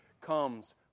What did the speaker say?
comes